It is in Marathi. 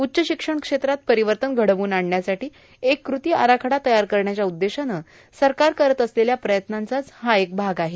उच्च शिक्षण क्षेत्रात र्पारवतन घडवून आणण्यासाठां एक कृती आराखडा तयार करण्याच्या उद्देशानं सरकार करत असलेल्या प्रयत्नांचा हा एक भाग आहे